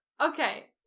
Okay